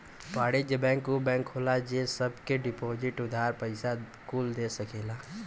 वाणिज्य बैंक ऊ बैंक होला जे सब के डिपोसिट, उधार, पइसा कुल दे सकेला